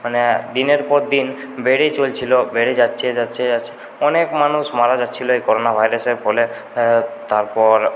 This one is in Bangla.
মানে দিনের পর দিন বেড়েই চলছিলো বেড়ে যাচ্ছে যাচ্ছে যাচ্ছে অনেক মানুষ মারা যাচ্ছিলো এই করোনা ভাইরাসের ফলে তারপর